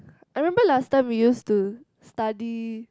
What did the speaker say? I remember last time we used to study